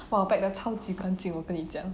!wah! 我 pack 到超级干净我跟你讲